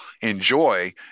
enjoy